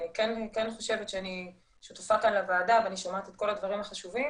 אני כן חושבת שאני שותפה כאן לוועדה ואני שומעת את כל הדברים החשובים,